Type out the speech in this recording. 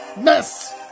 mess